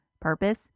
purpose